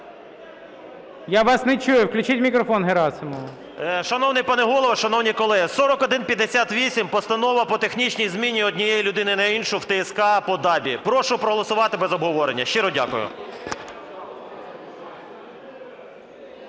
Я вас не чую. Включіть мікрофон Герасимову.